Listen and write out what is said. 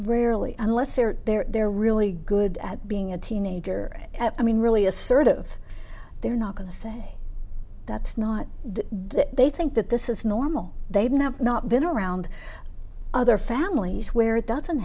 rarely unless they're there they're really good at being a teenager i mean really assertive they're not going to say that's not they think that this is normal they even have not been around other families where it doesn't